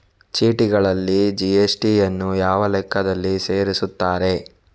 ಚೀಟಿಗಳಲ್ಲಿ ಜಿ.ಎಸ್.ಟಿ ಯನ್ನು ಯಾವ ಲೆಕ್ಕದಲ್ಲಿ ಸೇರಿಸುತ್ತಾರೆ?